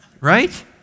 Right